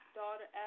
daughter